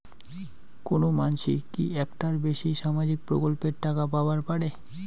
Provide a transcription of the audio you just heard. কোনো মানসি কি একটার বেশি সামাজিক প্রকল্পের টাকা পাবার পারে?